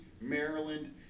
Maryland